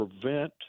prevent